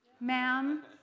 ma'am